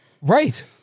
Right